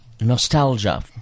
Nostalgia